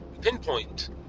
pinpoint